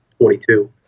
22